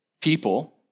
people